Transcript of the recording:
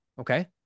Okay